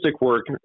work